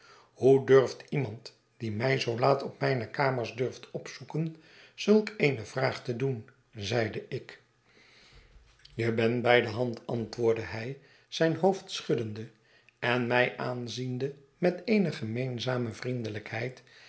hoe durft iemand die mij zoo laat op mijne kamers komt opzoeken zulk eene vraag te doen zeide ik je bent bij de hand antwoordde hij zyn hoofd schuddende en mij aanziende met eene gemeenzame vriendelijkheid